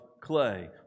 clay